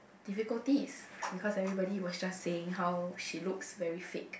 difficulties because everybody was just saying how she looks very fake